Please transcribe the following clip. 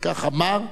וכך אמר,